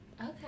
Okay